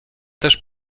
też